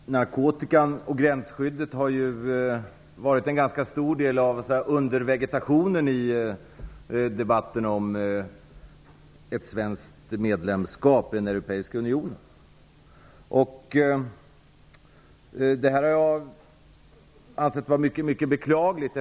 Fru talman! Frågan om narkotikan och gränsskyddet har utgjort en ganska stor del av undervegetationen i debatten om ett svenskt medlemskap i den europeiska unionen. Det har jag ansett vara mycket beklagligt.